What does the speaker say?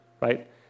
right